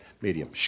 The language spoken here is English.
medium